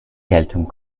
geltung